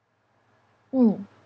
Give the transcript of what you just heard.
mm